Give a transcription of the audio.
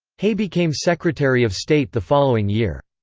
hay became secretary of state the following year.